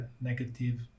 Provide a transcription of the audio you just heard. negative